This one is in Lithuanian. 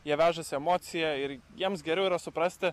jie vežasi emociją ir jiems geriau yra suprasti